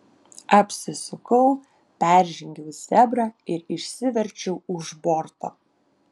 apsisukau peržengiau zebrą ir išsiverčiau už borto